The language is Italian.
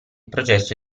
processo